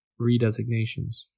redesignations